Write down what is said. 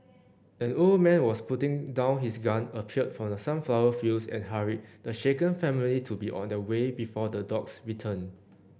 an old man was putting down his gun appeared from the sunflower fields and hurried the shaken family to be on their way before the dogs return